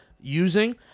using